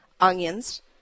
onions